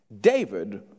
David